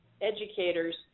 educators